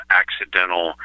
accidental